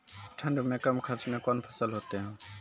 ठंड मे कम खर्च मे कौन फसल होते हैं?